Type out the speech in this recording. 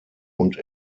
und